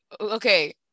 okay